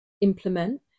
implement